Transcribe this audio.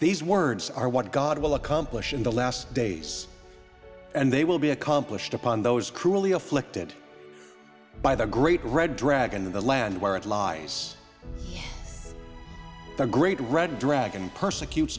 these words are what god will accomplish in the last days and they will be accomplished upon those cruelly afflicted by the great red dragon in the land where it lies the great red dragon persecute